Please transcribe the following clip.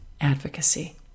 advocacy